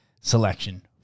selection